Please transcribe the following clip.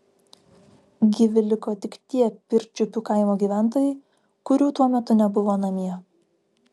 gyvi liko tik tie pirčiupių kaimo gyventojai kurių tuo metu nebuvo namie